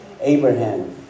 Abraham